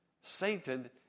Satan